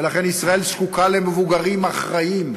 ולכן ישראל זקוקה למבוגרים אחראיים,